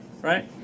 right